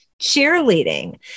cheerleading